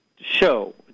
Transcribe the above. show